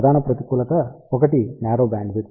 ప్రధాన ప్రతికూలత ఒకటి నారో బ్యాండ్విడ్త్